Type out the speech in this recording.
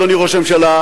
אדוני ראש הממשלה,